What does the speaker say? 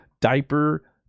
diaper